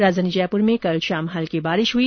राजधानी जयपूर में कल शाम हल्की बारिश हुई